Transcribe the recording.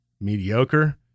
mediocre